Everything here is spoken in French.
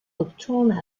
retourne